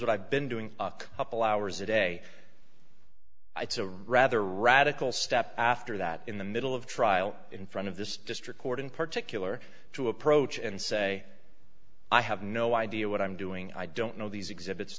what i've been doing a couple hours a day it's a rather radical step after that in the middle of trial in front of this district court in particular to approach and say i have no idea what i'm doing i don't know these exhibits